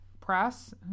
press